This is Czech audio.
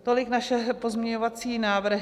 Tolik naše pozměňovací návrhy.